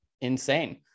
insane